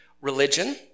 religion